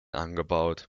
angebaut